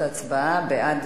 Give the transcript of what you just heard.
בבקשה.